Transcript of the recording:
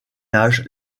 âge